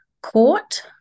court